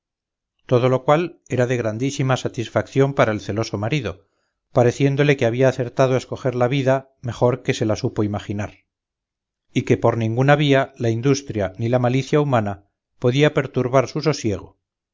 todo lo cual era de grandísima satisfacción para el celoso marido pareciéndole que había acertado a escoger la vida mejor que se la supo imaginar y que por ninguna vía la industria ni la malicia humana podía perturbar su